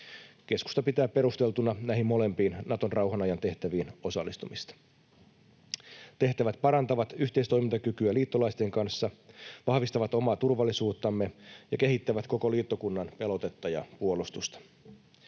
Keskusta pitää perusteltuna näihin molempiin Naton rauhan ajan tehtäviin osallistumista. Tehtävät parantavat yhteistoimintakykyä liittolaisten kanssa, vahvistavat omaa turvallisuuttamme ja kehittävät koko liittokunnan pelotetta ja puolustusta.